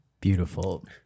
Beautiful